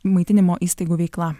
maitinimo įstaigų veikla